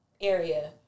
area